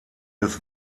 des